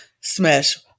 smash